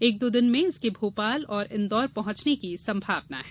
एक दो दिन में इसके भोपाल और इन्दौर पहुँचने की संभावना है